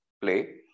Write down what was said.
play